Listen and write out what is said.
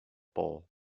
bowl